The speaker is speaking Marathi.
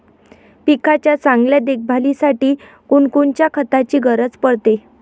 पिकाच्या चांगल्या देखभालीसाठी कोनकोनच्या खताची गरज पडते?